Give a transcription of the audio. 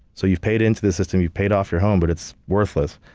so, you've paid into the system, you've paid off your home, but it's worthless.